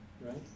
right